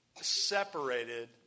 separated